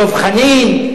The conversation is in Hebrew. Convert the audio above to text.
דב חנין,